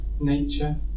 nature